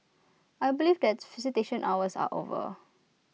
I believe that visitation hours are over